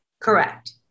Correct